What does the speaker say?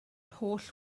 holl